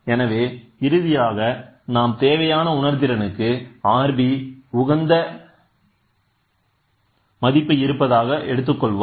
எனவே இறுதியாக நாம் தேவையான உணர்திறனுக்கு Rb உகந்த மதிப்பு இருப்பதாக எடுத்துக்கொள்வோம்